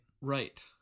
Right